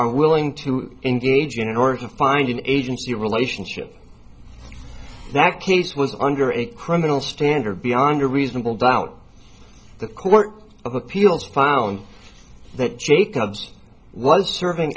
are willing to engage in in order to find an agency relationship that case was under a criminal standard beyond a reasonable doubt the court of appeals found that jacobs was serving